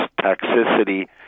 toxicity